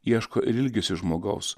ieško ir ilgisi žmogaus